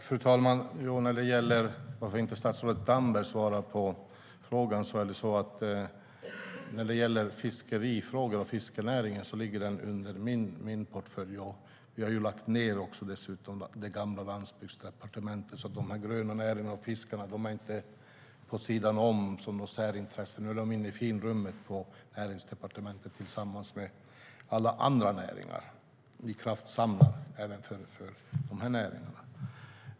Fru talman! Anledningen till att inte statsrådet Damberg svarar på frågan är att fiskerifrågor och fiskenäringen ligger i min portfölj. Vi har dessutom lagt ned det gamla Landsbygdsdepartementet. De här gröna näringarna och fiskarna är inte vid sidan av som något särintresse. Nu är de inne i finrummet på Näringsdepartementet tillsammans med alla andra näringar. Vi kraftsamlar även för de näringarna.